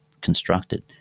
constructed